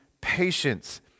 patience